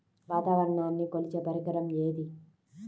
వాతావరణాన్ని కొలిచే పరికరం ఏది?